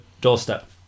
doorstep